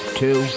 two